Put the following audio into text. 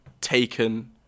taken